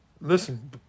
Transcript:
listen